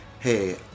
Hey